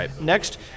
Next